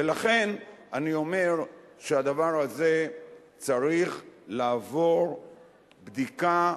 ולכן אני אומר שהדבר הזה צריך לעבור בדיקה,